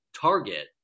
Target